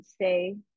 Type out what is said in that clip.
say